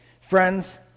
Friends